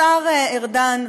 השר ארדן,